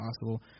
possible